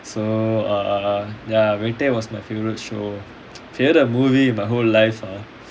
so err ya Vettai was my favourite show favourite movie in my whole life ah